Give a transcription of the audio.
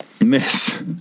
Miss